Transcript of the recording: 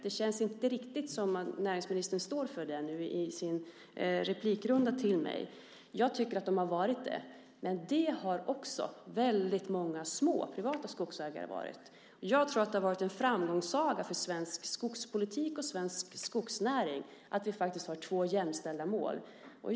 Det känns inte riktigt som om näringsministern står för det nu i repliken till mig. Jag tycker att de har varit det, men det har också väldigt många små privata skogsägare varit. Jag tror att det har varit en framgångssaga för svensk skogspolitik och svensk skogsnäring att vi har två jämställda mål.